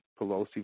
Pelosi